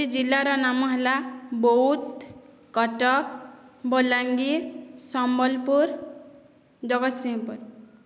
ଟି ଜିଲ୍ଲାର ନାମ ହେଲା ବୌଦ କଟକ ବଲାଙ୍ଗୀର ସମ୍ବଲପୁର ଜଗସିଂହପୁର